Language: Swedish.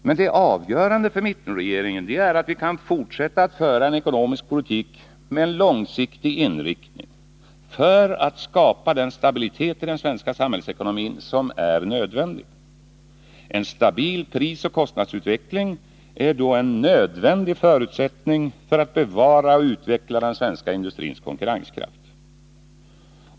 Men det avgörande för mittenregeringen är att vi kan fortsätta att föra en ekonomisk politik med långsiktig inriktning, för att skapa den stabilitet i den svenska samhällsekonomin som är nödvändig. En stabil prisoch kostnadsutveckling är då en nödvändig förutsättning för att bevara och utveckla den svenska industrins konkurrenskraft.